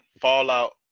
Fallout